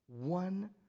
One